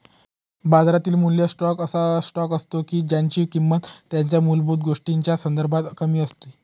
बाजारातील मूल्य स्टॉक असा स्टॉक असतो की ज्यांची किंमत त्यांच्या मूलभूत गोष्टींच्या संदर्भात कमी असते